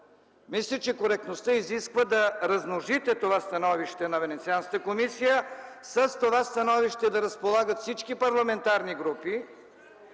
Мисля, че коректността изисква да размножите това становище на Венецианската комисия, с това становище да разполагат всички парламентарни групи,